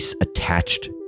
Attached